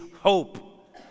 hope